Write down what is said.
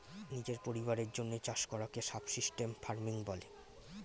নিজের পরিবারের জন্যে চাষ করাকে সাবসিস্টেন্স ফার্মিং বলে